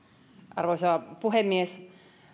arvoisa puhemies